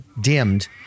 dimmed